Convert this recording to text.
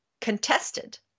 contested